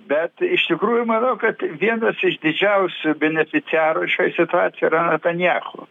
bet iš tikrųjų manau kad vienas iš didžiausių beneficiarų šioj situacijoj yra netanjahu